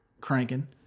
Cranking